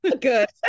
Good